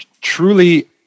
truly